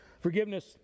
Forgiveness